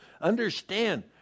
Understand